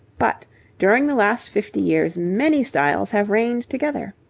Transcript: but during the last fifty years many styles have reigned together.